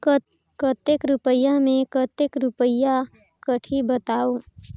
कतेक रुपिया मे कतेक रुपिया कटही बताव?